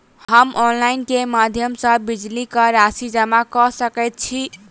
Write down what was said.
हम ऑनलाइन केँ माध्यम सँ बिजली कऽ राशि जमा कऽ सकैत छी?